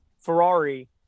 Ferrari